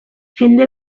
jende